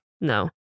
No